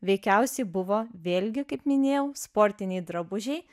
veikiausiai buvo vėlgi kaip minėjau sportiniai drabužiai